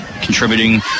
contributing